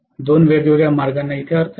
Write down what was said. दोन वेगवेगळ्या मार्गांना अर्थ नाही